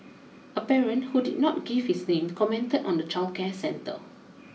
a parent who did not give his name commented on the childcare centre